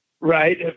Right